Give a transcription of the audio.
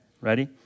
Ready